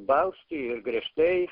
bausti ir griežtai